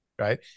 Right